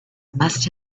must